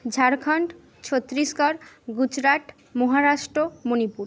Jharkhand Chhattisgarh Gujarat Maharashtra Manipur